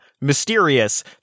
mysterious